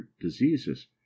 diseases